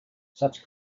such